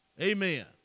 Amen